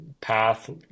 path